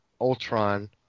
Ultron